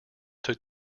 took